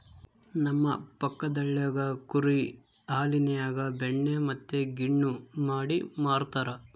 ನಮ್ಮ ಪಕ್ಕದಳ್ಳಿಗ ಕುರಿ ಹಾಲಿನ್ಯಾಗ ಬೆಣ್ಣೆ ಮತ್ತೆ ಗಿಣ್ಣು ಮಾಡಿ ಮಾರ್ತರಾ